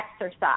exercise